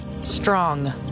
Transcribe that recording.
Strong